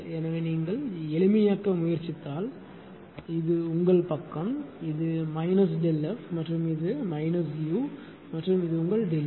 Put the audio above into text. எனவே நீங்கள் எளிமையாக்க முயற்சித்தால் இது உங்கள் பக்கம் இது மைனஸ் ΔF மற்றும் இது மைனஸ் யூ மற்றும் இது உங்கள் ΔE